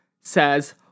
says